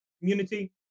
community